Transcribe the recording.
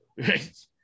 right